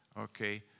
Okay